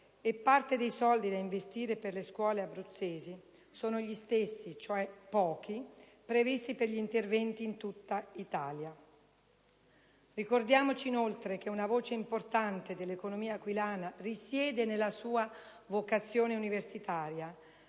e parte dei soldi da investire per le scuole abruzzesi sono gli stessi, cioè pochi, previsti per gli interventi in tutta Italia. Ricordiamoci, inoltre, che una voce importante dell'economia aquilana risiede nella sua vocazione universitaria,